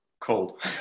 cold